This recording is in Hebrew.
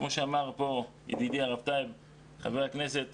כמו שאמר פה ידידי הרב, חבר הכנסת טייב,